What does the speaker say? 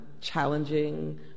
challenging